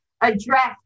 address